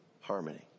harmony